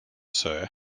sir